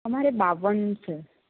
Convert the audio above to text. અમારે બાવન છે